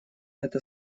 это